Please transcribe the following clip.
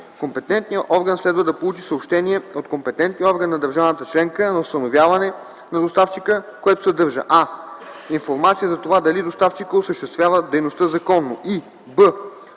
компетентният орган следва да получи съобщение от компетентния орган на държавата членка на установяване на доставчика, което съдържа: а) информация за това дали доставчикът осъществява дейността законно и б)